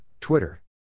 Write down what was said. Twitter